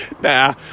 Nah